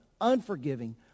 unforgiving